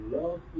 love